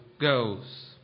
goes